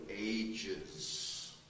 ages